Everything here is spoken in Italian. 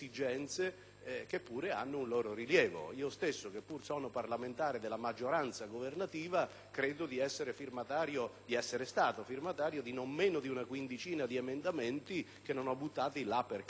che pur hanno un loro rilievo. Io stesso, che pur sono parlamentare della maggioranza governativa, sono stato firmatario di non meno di una quindicina di emendamenti (che non ho buttato là per caso),